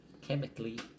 Chemically